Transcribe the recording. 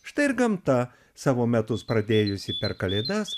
štai ir gamta savo metus pradėjusi per kalėdas